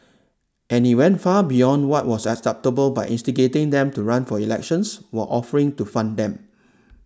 and he went far beyond what was acceptable by instigating them to run for elections while offering to fund them